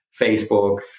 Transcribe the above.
Facebook